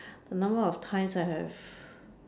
the number of times I have